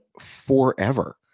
forever